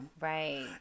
Right